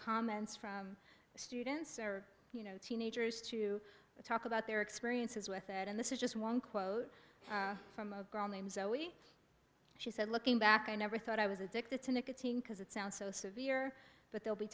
comments from students or you know teenagers to talk about their experiences with it and this is just one quote from a girl named zoe she said looking back i never thought i was addicted to nicotine because it sounds so severe but they'll be